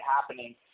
happening